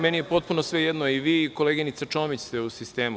Meni je potpuno svejedno i vi koleginica Čomić ste u sistemu.